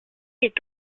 est